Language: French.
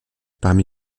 parmi